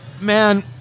Man